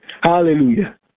Hallelujah